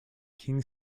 king